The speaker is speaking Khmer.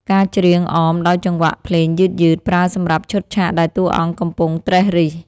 ការច្រៀងអមដោយចង្វាក់ភ្លេងយឺតៗ ប្រើសម្រាប់ឈុតឆាកដែលតួអង្គកំពុងត្រិះរិះ។